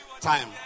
time